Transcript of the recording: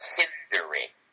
hindering